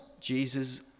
Jesus